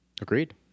Agreed